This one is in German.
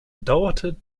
dauerte